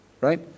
Right